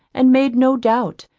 and made no doubt,